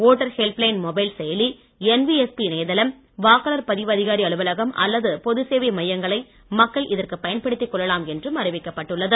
voter help line mobile செயலி NVSP இணையதளம் வாக்காளர் பதிவு அதிகாரி அலுவலகம் அல்லது பொதுசேவை மையங்களை மக்கள் இதற்கு பயன்படுத்திக் கொள்ளலாம் என்றும் அறிவிக்கப்பட்டுள்ளது